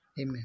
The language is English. Amen